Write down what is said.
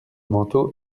manteau